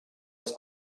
its